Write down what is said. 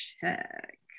check